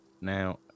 now